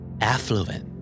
Affluent